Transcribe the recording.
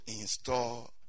install